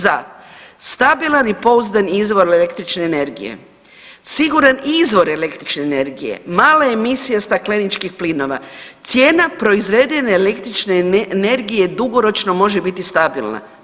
Za stabilan i pouzdan izvor električne energije, siguran izvor električne energije, male emisije stakleničkih plinova, cijena proizvedene električne energije dugoročno može biti stabilna.